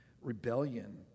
rebellion